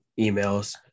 emails